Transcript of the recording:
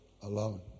alone